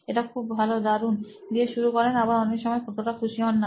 এটা খুবই ভালো দারুন দিয়ে শুরু করেন আবার অনেক সময় ততটাও খুশি হন না